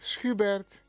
Schubert